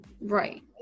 right